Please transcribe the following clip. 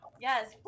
Yes